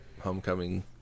homecoming